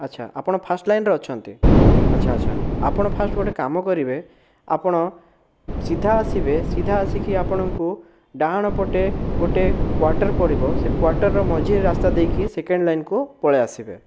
ଆଚ୍ଛା ଆପଣ ଫାର୍ଷ୍ଟ ଲାଇନରେ ଅଛନ୍ତି ଆଛା ଆଛା ଆପଣ ଫାର୍ଷ୍ଟ ଗୋଟିଏ କାମ କରିବେ ଆପଣ ସିଧା ଆସିବେ ସିଧା ଆସିକି ଆପଣଙ୍କୁ ଡାହାଣ ପଟେ ଗୋଟିଏ କ୍ଵାଟର ପଡ଼ିବ ସେ କ୍ଵାଟରର ମଝି ରାସ୍ତା ଦେଇକି ସେକେଣ୍ଡ ଲାଇନ୍କୁ ପଳେଇ ଆସିବେ